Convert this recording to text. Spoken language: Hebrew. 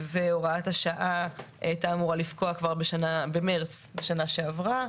והוראת השעה הייתה אמורה לפקוע כבר במרץ שנה שעברה.